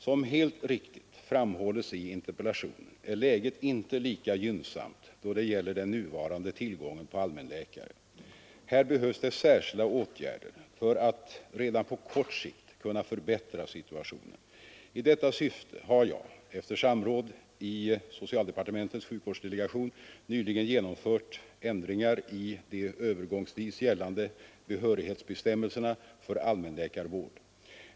Som helt riktigt framhålls i interpellationen är läget inte lika gynnsamt då det gäller den nuvarande tillgången på allmänläkare. Här behövs det särskilda åtgärder för att redan på kort sikt kunna förbättra situationen. I detta syfte har jag — efter samråd i socialdepartementets sjukvårdsdelegation — nyligen genomfört ändringar i de övergångsvis gällande behörighetsbestämmelserna för allmänläkarvård.